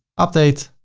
update